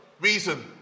reason